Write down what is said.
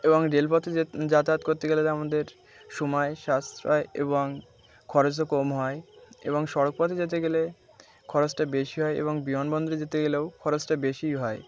এবং রেলপথে যাতায়াত করতে গেলে আমাদের সময় সাশ্রয় এবং খরচও কম হয় এবং সড়কপথে যেতে গেলে খরচটা বেশি হয় এবং বহন বন্দরেে যেতে গেলেও খরচটা বেশিই হয়